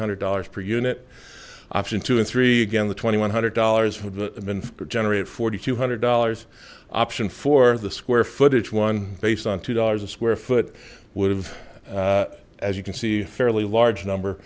hundred dollars per unit option two and three again the twenty one hundred dollars for the generate forty two hundred dollars option for the square footage one based on two dollars a square foot would have as you can see fairly large number